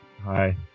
Hi